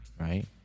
right